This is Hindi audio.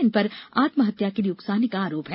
इन पर आत्महत्या के लिए उकसाने का आरोप है